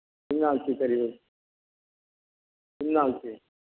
ꯌꯨꯝꯅꯥꯛꯇꯤ ꯀꯔꯤ ꯑꯣꯏꯕ ꯌꯨꯝꯅꯥꯛꯇꯤ